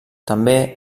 també